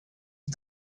for